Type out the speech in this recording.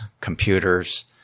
computers